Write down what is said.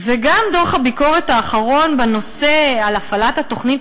וגם דוח הביקורת האחרון על הפעלת התוכנית